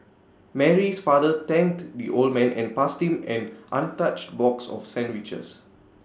Mary's father thanked the old man and passed him an untouched box of sandwiches